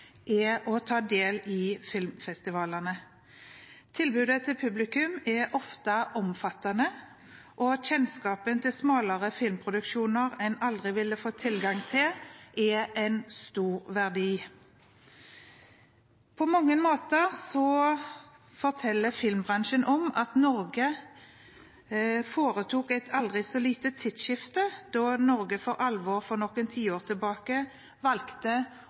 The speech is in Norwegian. å ta del i filmfestivalene. Tilbudet til publikum er ofte omfattende. Kjennskap til smalere filmproduksjoner en ellers aldri ville fått tilgang til, er en stor verdi. På mange måter forteller filmbransjen at Norge foretok et aldri så lite tidsskifte da Norge for alvor for noen tiår tilbake valgte